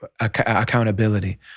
accountability